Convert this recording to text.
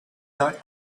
not